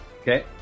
Okay